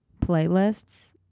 playlists